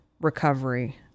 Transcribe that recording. recovery